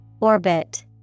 Orbit